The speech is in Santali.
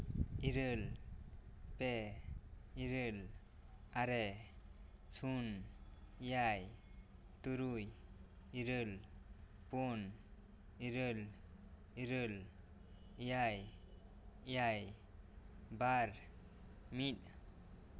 ᱤᱨᱟᱹᱞ ᱯᱮ ᱤᱨᱟᱹᱞ ᱟᱨᱮ ᱥᱩᱱ ᱮᱭᱟᱭ ᱛᱩᱨᱩᱭ ᱤᱨᱟᱹᱞ ᱯᱩᱱ ᱤᱨᱟᱹᱞ ᱤᱨᱟᱹᱞ ᱮᱭᱟᱭ ᱮᱭᱟᱭ ᱵᱟᱨ ᱢᱤᱫ